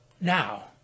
Now